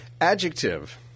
Adjective